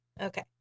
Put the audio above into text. Okay